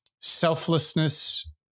selflessness